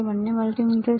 બંને મલ્ટિમીટર છે